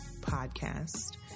Podcast